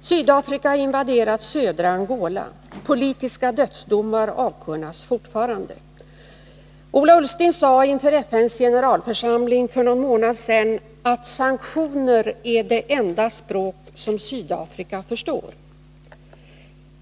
Sydafrika har invaderat södra Angola. Politiska dödsdomar avkunnas fortfarande. Ola Ullsten sade inför FN:s generalförsamling för någon månad sedan att sanktioner ”är det enda språk som Sydafrika förstår”.